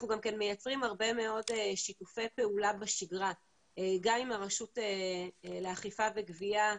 אנחנו מייצרים הרבה מאוד שיתופי פעולה בשגרה גם עם הרשות לאכיפה וגבייה,